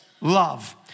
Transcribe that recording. love